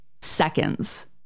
seconds